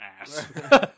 ass